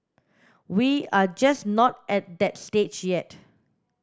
we are just not at that stage yet